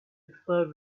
explode